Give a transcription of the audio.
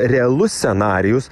realus scenarijus